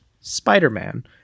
spider-man